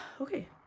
Okay